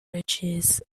ridges